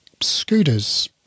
scooters